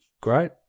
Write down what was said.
great